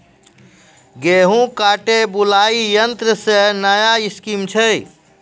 गेहूँ काटे बुलाई यंत्र से नया स्कीम छ?